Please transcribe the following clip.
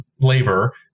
labor